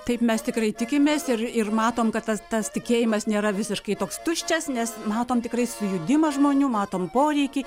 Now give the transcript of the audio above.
taip mes tikrai tikimės ir ir matom kad tas tas tikėjimas nėra visiškai toks tuščias nes matom tikrai sujudimą žmonių matom poreikį